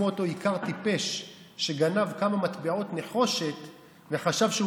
כמו אותו איכר טיפש שגנב כמה מטבעות נחושת וחשב שהוא